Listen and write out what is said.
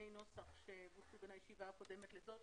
נוסח שבוצעו בין הישיבה הקודמת לזאת,